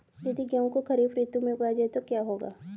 यदि गेहूँ को खरीफ ऋतु में उगाया जाए तो क्या होगा?